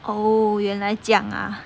哦原来这样啊